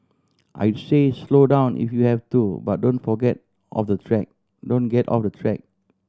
I say slow down if you have to but don't forget off the track don't get off the track